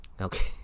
Okay